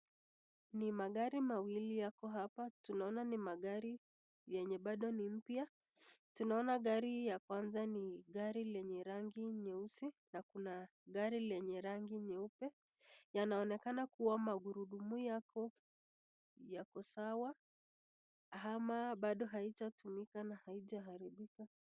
Ni magari mawili yako hapa. Tunaona ni magari yenye bado ni mpya. Tunaona gari ya kwanza ni gari lenye rangi nyeusi na kuna gari lenye rangi nyeupe. Yanaonekana kuwa magurudumu yake yako sawa ama bado haijatumika na haijaharibika.